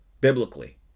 biblically